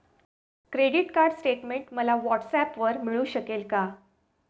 Credit card statement मला व्हॉट्सऍपवर मिळू शकेल का?